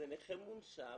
לנכה מונשם,